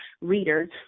readers